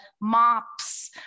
mops